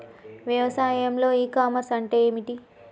వ్యవసాయంలో e commerce అంటే ఏమిటి?